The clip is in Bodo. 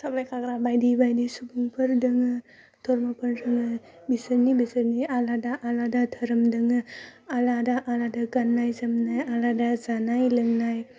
साप्लाइ खाग्रा बायदि बायदि सुंबुंफोर दोङो धर्मफोर दोङो बिसोरनि बेसोरनि आलादा आलादा धोरोमजोंनो आलादा आलादा गान्नाय जोमनाय आलादा जानाय लोंनाय